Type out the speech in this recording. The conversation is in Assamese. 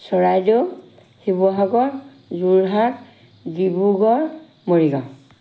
চৰাইদেউ শিৱসাগৰ যোৰহাট ডিব্ৰুগড় মৰিগাঁও